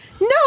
No